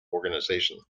organisation